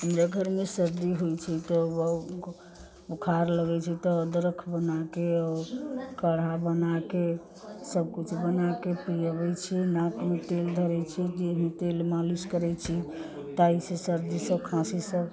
हमरा घरमे सर्दी होइ छै तऽ बोखार लगै छै तऽ अदरख बनाके आओर काढ़ा बनाके सबकिछु बनाके पीबै छियै नाकमे तेल धरै छियै देहमे तेल मालिश करै छी ताहिसँ सर्दी सब खाँसी सब